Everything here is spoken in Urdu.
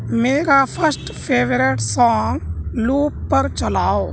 میرا فسٹ فیورٹ سانگ لوپ پر چلاؤ